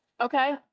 Okay